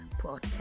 podcast